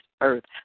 earth